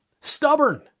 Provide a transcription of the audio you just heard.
stubborn